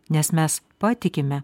nes mes patikime